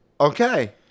okay